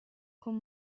con